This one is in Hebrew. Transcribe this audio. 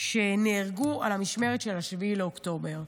שנהרגו על המשמרת של 7 באוקטובר.